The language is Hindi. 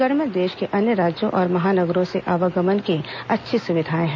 छत्तीसगढ़ में देश के अन्य राज्यों और महानगरों से आवागमन की अच्छी सुविधाएं हैं